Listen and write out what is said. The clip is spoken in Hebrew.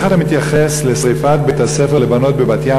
איך אתה מתייחס לשרפת בית-הספר לבנות בבת-ים